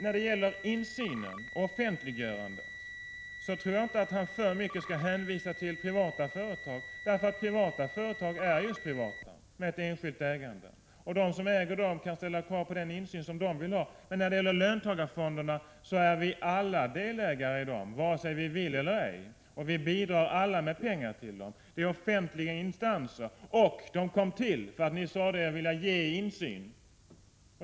När det gäller insyn och offentliggörande tror jag inte att statsrådet alltför mycket skall hänvisa till privata företag. Privata företag är just privata, med enskilt ägande, och de som äger dem kan ställa krav på den insyn de vill ha. I löntagarfonderna är vi alla delägare, vare sig vi vill eller ej, och bidrar alla med pengar. De är offentliga instanser. Och de kom till för att ni sade er vilja ge insyn.